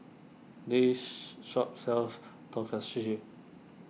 this shop sells Tonkatsu